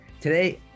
today